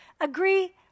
agree